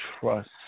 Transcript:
trust